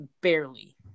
barely